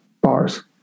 bars